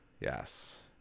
yes